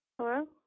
Hello